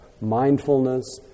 mindfulness